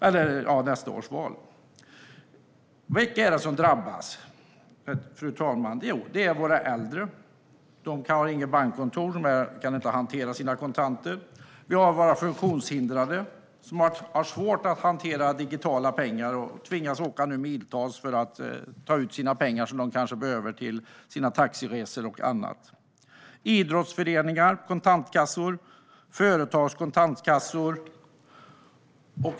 Vilka är det som drabbas, fru talman? Jo, det är våra äldre. De har inget bankkontor och kan inte hantera sina kontanter. Vi har våra funktionshindrade, som har svårt att hantera digitala pengar och nu tvingas åka miltals för att ta ut pengar som de kanske behöver för taxiresor och annat. Idrottsföreningar och företag har sina kontantkassor.